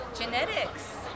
Genetics